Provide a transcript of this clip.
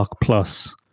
Plus